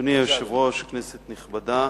אדוני היושב-ראש, כנסת נכבדה,